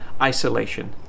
isolation